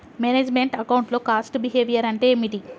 Manage meant account లో cost behaviour అంటే ఏమిటి?